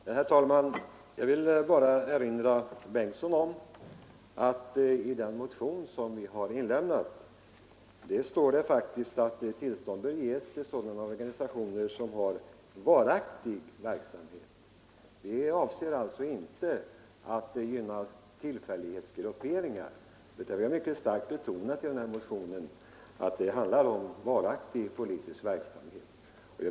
Herr talman! Jag vill bara erinra herr Bengtsson i Landskrona om att i den motion som vi har väckt står faktiskt att tillstånd bör ges till sådana organisationer som har varaktig verksamhet. Avsikten är alltså inte att gynna tillfällighetsgrupperingar. Vi har i motionen mycket starkt betonat att det skall handla om varaktig politisk verksamhet.